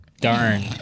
Darn